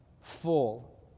full